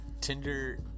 Tinder